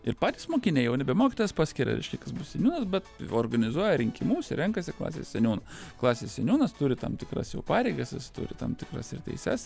ir patys mokiniai jau nebe mokytojas paskiria reiškia kas bus seniūnas bet organizuoja rinkimus ir renkasi klasės seniūną klasės seniūnas turi tam tikras jau pareigas jis turi tam tikras ir teises